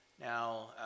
Now